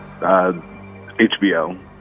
HBO